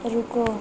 रुको